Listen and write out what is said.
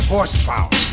Horsepower